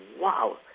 wow